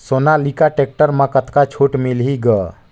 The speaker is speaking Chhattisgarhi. सोनालिका टेक्टर म कतका छूट मिलही ग?